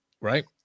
right